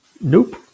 Nope